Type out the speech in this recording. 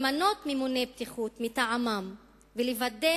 למנות ממונה בטיחות מטעמם ולוודא